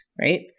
Right